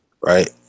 right